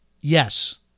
Yes